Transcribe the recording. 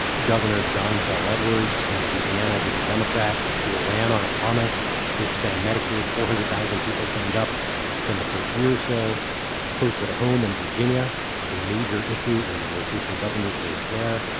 john bell edwards in louisiana. he's a democrat. he ran on a promise to expand medicaid. four hundred thousand people signed up within the first year. so closer to home in virginia was a major issue in the most recent governor's race there.